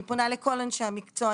אני פונה לכל אנשים המקצוע.